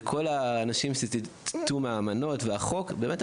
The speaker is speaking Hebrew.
וכל האנשים שציטטו מהאמנות והחוק אנחנו באמת